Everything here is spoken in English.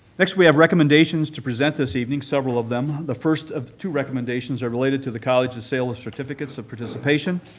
next we have recommendations to present this evening, several of them. the first of two recommendations are related to the college's sale of certificates of participation.